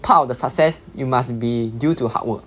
part of the success you must be due to hard work